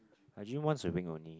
I gym once a week only